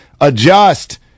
adjust